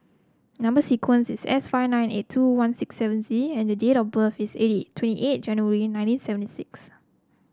number sequence is S five nine eight two one six seven Z and date of birth is eighty twenty eight January nineteen seventy six